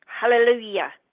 Hallelujah